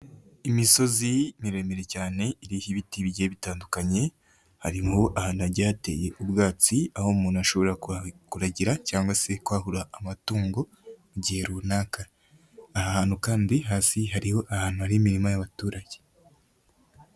Imisozi miremire cyane iriho ibiti bige bitandukanye, harimo ahantu hagiye hateye ubwatsi aho umuntu ashobora kuragira cyangwa se kwahura amatungo igihe runaka. Ni ahantu kandi hari imirima y'abaturage.